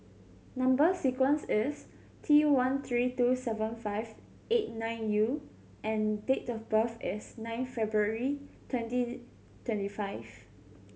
number sequence is T one three two seven five eight nine U and date of birth is nine February twenty twenty five